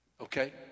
Okay